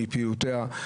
מפעילויותיה.